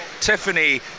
Tiffany